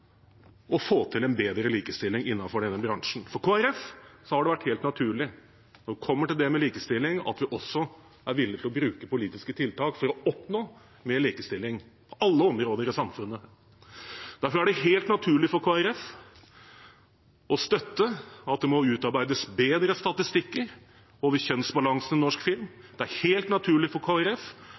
å få til en bedre likestilling i denne bransjen. For Kristelig Folkeparti har det vært helt naturlig når det kommer til likestilling, å være villig til å bruke politiske tiltak for å oppnå mer likestilling – på alle områder i samfunnet. Derfor er det helt naturlig for Kristelig Folkeparti å støtte at det må utarbeides bedre statistikker over kjønnsbalansen i norsk film. Det er helt naturlig for